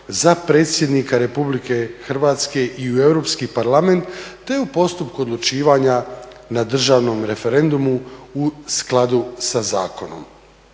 za Predsjednika Republike Hrvatske i u Europski parlament te u postupku odlučivanja na državnom referendumu u skladu sa zakonom.